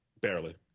Barely